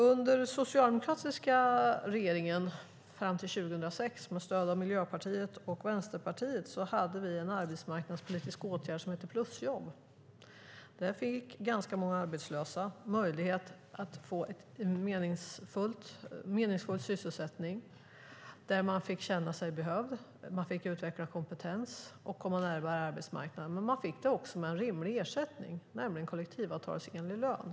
Under den socialdemokratiska regeringen fram till 2006 med stöd av Miljöpartiet och Vänsterpartiet hade vi en arbetsmarknadspolitisk åtgärd som hette plusjobb. Där fick ganska många arbetslösa möjlighet att få en meningsfull sysselsättning. De fick känna sig behövda, utveckla kompetens och komma närmare arbetsmarknaden. Men de fick också en rimlig ersättning, nämligen kollektivavtalsenlig lön.